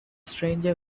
stranger